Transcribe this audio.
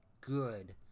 good